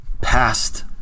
Past